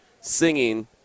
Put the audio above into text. singing